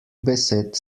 besed